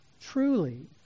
truly